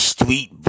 Street